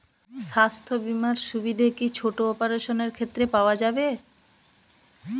স্বাস্থ্য বীমার সুবিধে কি ছোট অপারেশনের ক্ষেত্রে পাওয়া যাবে?